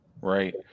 Right